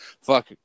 fuck